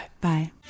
bye